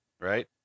right